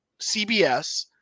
CBS